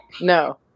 No